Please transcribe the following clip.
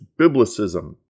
biblicism